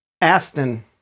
Aston